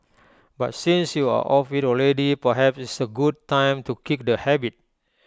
but since you are off IT already perhaps it's A good time to kick the habit